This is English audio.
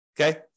okay